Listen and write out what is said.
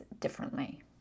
differently